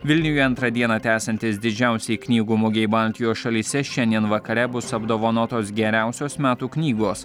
vilniuje antrą dieną tęsiantis didžiausiai knygų mugei baltijos šalyse šiandien vakare bus apdovanotos geriausios metų knygos